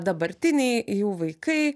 dabartiniai jų vaikai